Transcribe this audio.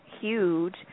huge